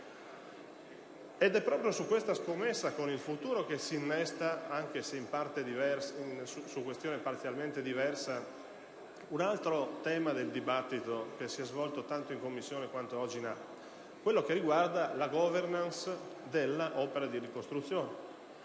Ed è proprio su questa scommessa per il futuro che si innesta - anche se riguardo ad una questione parzialmente diversa - un altro tema del dibattito che si è svolto, tanto in Commissione, quanto oggi in Aula: quello che concerne la *governance* dell'opera di ricostruzione.